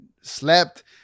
slept